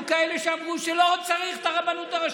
היו כאלה שאמרו שלא צריך את הרבנות הראשית,